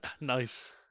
Nice